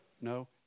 No